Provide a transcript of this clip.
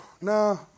no